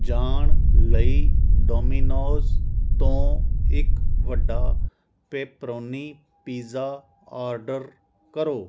ਜਾਣ ਲਈ ਡੋਮੀਨੋਜ਼ ਤੋਂ ਇੱਕ ਵੱਡਾ ਪੇਪਰੋਨੀ ਪੀਜ਼ਾ ਆਰਡਰ ਕਰੋ